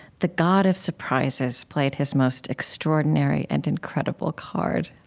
the god of surprises played his most extraordinary and incredible card.